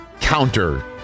counter